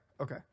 okay